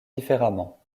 différemment